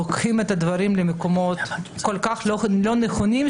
לוקחים את הדברים למקומות כל כך לא נכונים,